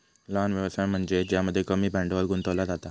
लहान व्यवसाय म्हनज्ये ज्यामध्ये कमी भांडवल गुंतवला जाता